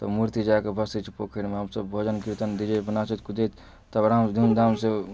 तऽ मूर्ति जाए कऽ भसै छै पोखैर मे हमसब भजन किर्तन डीजे पर नाचैत कुदैत तब आराम से धूमधाम से